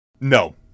No